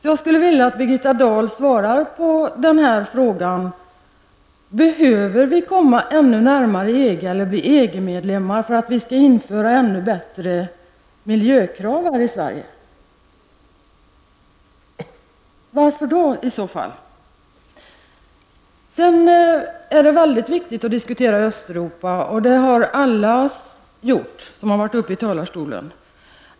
Jag skulle därför vilja att Birgitta Dahl svarade på frågan: Behöver vi komma ännu närmare EG eller bli EG-medlemmar för att införa ännu bättre miljökrav här i Sverige? Varför då, i så fall? Det är väldigt viktigt att diskutera Östeuropa, och det har alla som har varit uppe i talarstolen gjort.